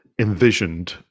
envisioned